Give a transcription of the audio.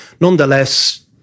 Nonetheless